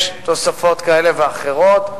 יש תוספות כאלה ואחרות.